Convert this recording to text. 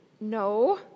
No